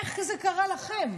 איך זה קרה לכם?